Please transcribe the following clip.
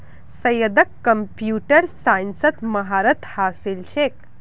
सैयदक कंप्यूटर साइंसत महारत हासिल छेक